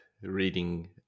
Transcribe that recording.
reading